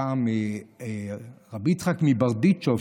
פעם רבי יצחק מברדיצ'ב,